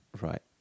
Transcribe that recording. Right